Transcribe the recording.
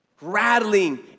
rattling